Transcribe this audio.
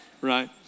right